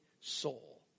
soul